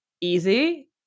easy